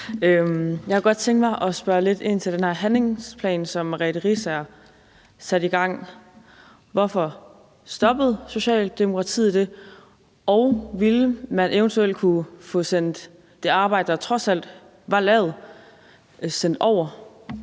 Jeg kunne godt tænke mig at spørge lidt ind til den her handlingsplan, som Merete Riisager satte i gang. Hvorfor stoppede Socialdemokratiet det arbejde? Og ville man eventuelt kunne få sendt det arbejde, der trods alt blev lavet, over